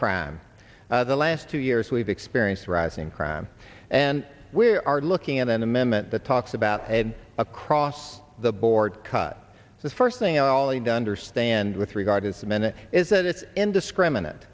crime the last two years we've experienced rising crime and we are looking at an amendment that talks about a across the board cut the first thing all the dunder stand with regard as a minute is that it's indiscriminate